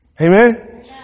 Amen